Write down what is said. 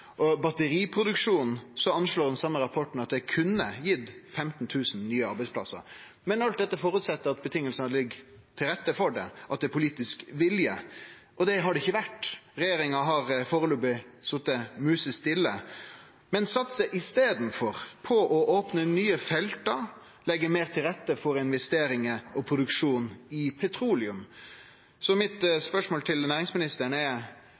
batteriproduksjonen anslår den same rapporten at det kunne gitt 15 000 nye arbeidsplassar. Men alt dette føreset at vilkåra ligg til rette for det, og at det er politisk vilje. Det har det ikkje vore. Regjeringa har førebels sete musestille, men satsar i staden på å opne nye felt og leggje meir til rette for investeringar og produksjon i petroleum. Så mitt spørsmål til næringsministeren er: